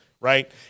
Right